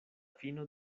fino